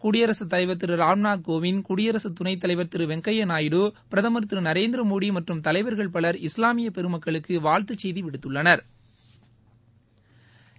குடியரசுத்தலைவர் திரு ராம்நாத்கோவிந்த் குடியரசுத்துணைத்தலைவர் திரு வெங்கய்யா நாயுடு பிரதமர் திரு நரேந்திரமோடி மற்றும் தலைவர்கள் பவர் இஸ்லாமிய பெருமக்களுக்கு வாழ்த்து செய்தி விடுத்துள்ளனா்